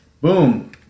Boom